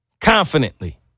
Confidently